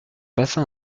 passa